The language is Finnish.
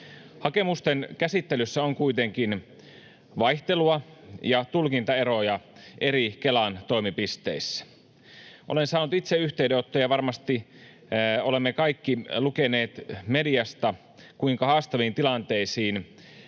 Hakemusten käsittelyssä on kuitenkin vaihtelua ja tulkintaeroja eri Kelan toimipisteissä. Olen saanut itse yhteydenottoja ja varmasti olemme kaikki lukeneet mediasta, kuinka haastaviin tilanteisiin